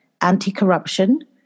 anti-corruption